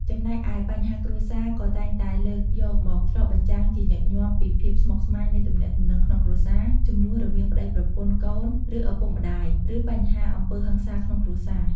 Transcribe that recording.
ចំណែកឯបញ្ហាគ្រួសារក៏តែងតែ លើកយកមកឆ្លុះបញ្ចាំងជាញឹកញាប់ពីភាពស្មុគស្មាញនៃទំនាក់ទំនងក្នុងគ្រួសារ ជម្លោះរវាងប្ដីប្រពន្ធ កូន ឬឪពុកម្ដាយ ឬបញ្ហាអំពើហិង្សាក្នុងគ្រួសារ ។